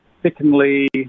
Secondly